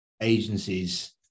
agencies